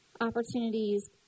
Opportunities